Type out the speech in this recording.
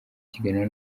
kiganiro